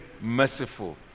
merciful